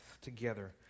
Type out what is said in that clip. together